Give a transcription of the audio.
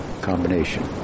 combination